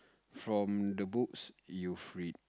from the books you've read